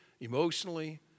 emotionally